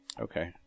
Okay